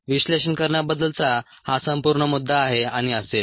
विश्लेषण करण्याबद्दलचा हा संपूर्ण मुद्दा आहे आणि असेच